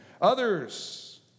Others